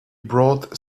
brought